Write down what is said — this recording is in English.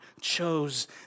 chose